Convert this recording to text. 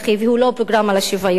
והוא לא פרוגרמה לשוויון,